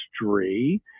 history